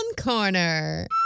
Corner